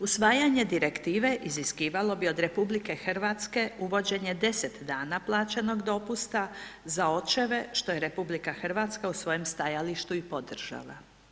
Usvajanje direktive iziskivalo bi od RH uvođenje 10 dana plaćenog dopusta za očeve što je RH u svojem stajalištu i podržala.